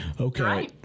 Okay